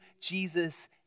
Jesus